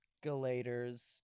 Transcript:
Escalators